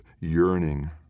yearning